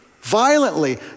violently